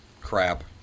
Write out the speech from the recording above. crap